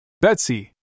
Betsy